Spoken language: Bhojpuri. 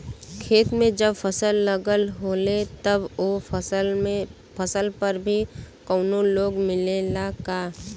खेत में जब फसल लगल होले तब ओ फसल पर भी कौनो लोन मिलेला का?